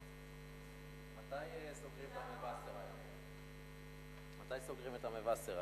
יישר כוח, חבר הכנסת מוזס.